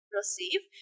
receive